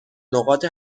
نقاط